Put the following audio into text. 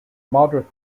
moderate